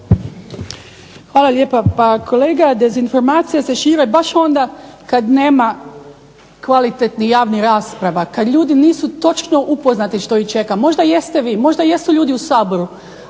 Hvala lijepo. Pa kolega dezinformacije se šire baš onda kada nema kvalitetnih javnih rasprava, kada ljudi nisu točno upoznati što ih čeka, možda jeste vi, možda jesu ljudi u Saboru,